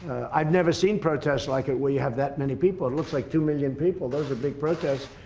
i've never seen protests like it will you have that many people it looks like two million people those are big protests,